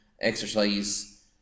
exercise